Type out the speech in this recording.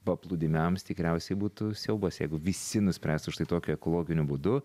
paplūdimiams tikriausiai būtų siaubas jeigu visi nuspręs už tai tokiu ekologiniu būdu